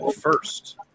first